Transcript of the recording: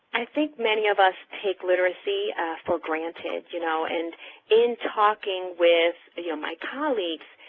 think many of us take literacy for granted, you know, and in talking with you know my colleagues,